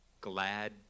glad